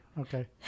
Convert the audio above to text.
Okay